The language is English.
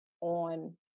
on